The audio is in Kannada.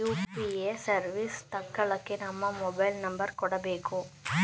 ಯು.ಪಿ.ಎ ಸರ್ವಿಸ್ ತಕ್ಕಳ್ಳಕ್ಕೇ ನಮ್ಮ ಮೊಬೈಲ್ ನಂಬರ್ ಕೊಡಬೇಕು